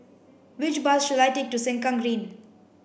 which bus should I take to Sengkang Green